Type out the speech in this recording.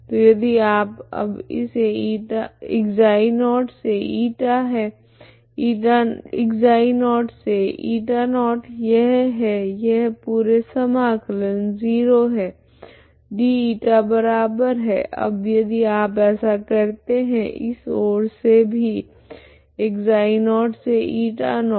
तो यदि आप अब इसे ξ0 से η है ξ0 से η0 यह है यह पूरे समाकलन 0 है d η बराबर है अब यदि आप ऐसा करते है इस ओर से भी ξ0 से η0 d η